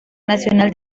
nacional